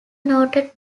noted